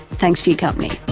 thanks for your company.